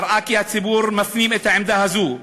נראה כי הציבור מפנים את העמדה הזו: